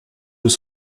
deux